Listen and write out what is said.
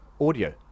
audio